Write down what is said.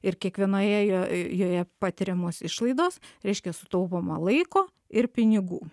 ir kiekvienoje jo joje patiriamos išlaidos reiškia sutaupoma laiko ir pinigų